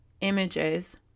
images